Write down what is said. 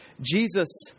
Jesus